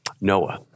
Noah